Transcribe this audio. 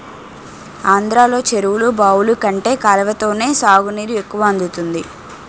ఆంధ్రలో చెరువులు, బావులు కంటే కాలవతోనే సాగునీరు ఎక్కువ అందుతుంది